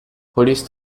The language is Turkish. polis